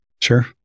Sure